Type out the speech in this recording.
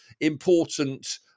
important